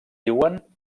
diuen